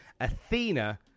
Athena